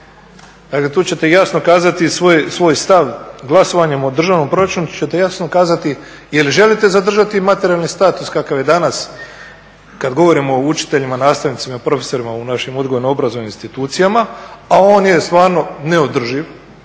tu ćete jasno kazati svoj stav glasovanjem o državnom proračunu ćete jasno kazati je li želite zadržati materijalni status kakav je danas kad govorimo o učiteljima, nastavnicima i profesorima u našim odgojno-obrazovnim institucijama a on je stvarno neodrživ.